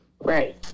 right